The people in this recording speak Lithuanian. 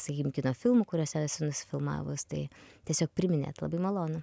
sakykim kino filmų kuriuose esu nusifilmavus tai tiesiog priminėt labai malonu